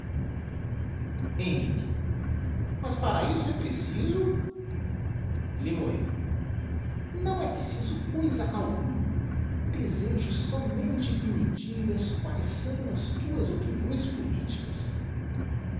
henrique mas para isso é preciso limoeieo nâo é preciso coisa alguma desejo somente que me digas quaes são as tuas opiniões politicas